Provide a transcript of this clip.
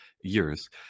years